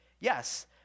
Yes